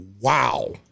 wow